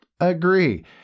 Agree